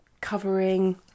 covering